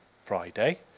Friday